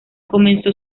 comenzó